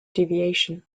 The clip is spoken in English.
deviation